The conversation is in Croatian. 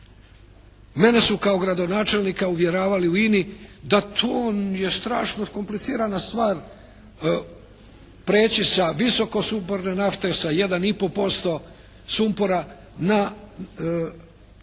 Mene su kao gradonačelnika uvjeravali u INA-i da je to strašno komplicirana stvar preći sa visokosumporne nafte sa 1 i pol posto